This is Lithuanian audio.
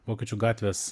vokiečių gatvės